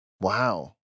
Wow